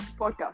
podcast